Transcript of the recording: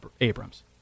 Abrams